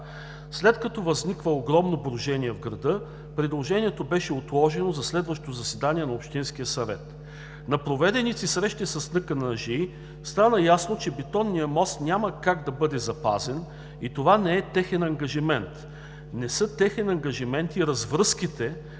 След като възникна огромно брожение в града, предложението беше отложено за следващо заседание на Общинския съвет. На проведените срещи с Национална компания „Железопътна инфраструктура“ стана ясно, че Бетонният мост няма как да бъде запазен и това не е техен ангажимент. Не са техен ангажимент и развръзките